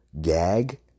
gag